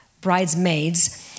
bridesmaids